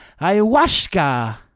Ayahuasca